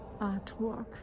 artwork